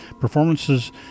performances